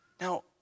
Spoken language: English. Now